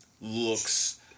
looks